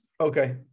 Okay